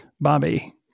bobby